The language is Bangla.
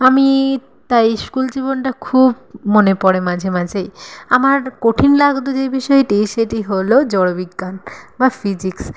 আমি তাই স্কুল জীবনটা খুব মনে পড়ে মাঝে মাঝেই আমার কঠিন লাগত যে বিষয়টি সেটি হল জড় বিজ্ঞান বা ফিজিক্স